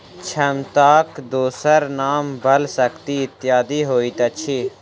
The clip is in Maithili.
क्षमताक दोसर नाम बल, शक्ति इत्यादि होइत अछि